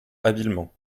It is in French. habilement